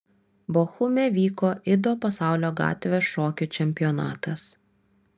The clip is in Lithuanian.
bochume vyko ido pasaulio gatvės šokių čempionatas